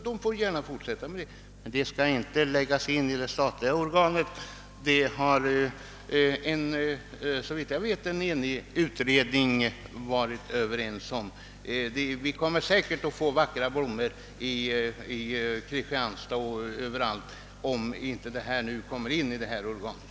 De får gärna fortsätta med detta, men det skall inte läggas in i det statliga organet; det har såvitt jag vet en enig utredning uttalat. Vi kommer säkert att få vackra blommor i Kristianstad och överallt, även om inte denna verksamhet föres in under det nya organet.